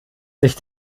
sich